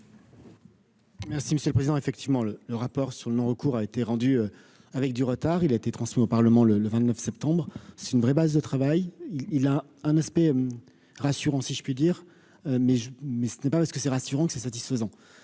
Merci monsieur le président, effectivement le le rapport sur le non recours a été rendu avec du retard, il a été transmis au Parlement le le 29 septembre c'est une vraie base de travail, il a un aspect rassurant si je puis dire, mais je mais ce n'est pas parce que c'est rassurant que c'est satisfaisant